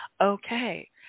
Okay